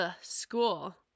school